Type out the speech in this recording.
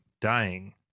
dying